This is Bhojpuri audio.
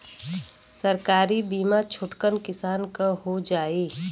सरकारी बीमा छोटकन किसान क हो जाई?